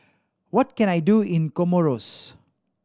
what can I do in Comoros